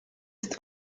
ist